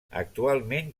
actualment